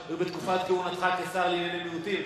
היו בתקופת כהונתך כשר לענייני מיעוטים.